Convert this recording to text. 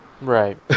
Right